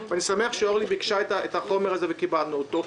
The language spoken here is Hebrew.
ואני שמח שאורלי ביקשה את החומר הזה וקיבלנו אותו,